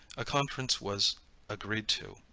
a conference was agreed to,